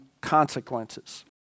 consequences